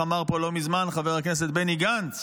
איך אמר פה לא מזמן חבר הכנסת בני גנץ?